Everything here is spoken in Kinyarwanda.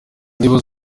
ndiba